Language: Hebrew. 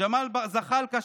ג'מאל זחאלקה,